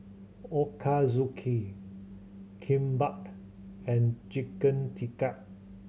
Ochazuke Kimbap and Chicken Tikka